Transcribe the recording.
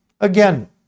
Again